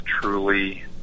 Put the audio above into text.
truly